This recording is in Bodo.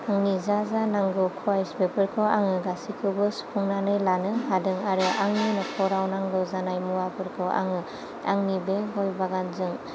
आंनि जा जा नांगौ खयासफोर बेखौ आङो गासैखौबो सुफुंनानै लानो हादों आरो आंनि न'खराव नांगौ जानाय मुवाफोरखौ आङो आंनि बे गय बागानजों